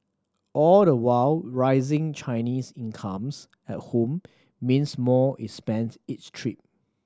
all the while rising Chinese incomes at home means more is spent each trip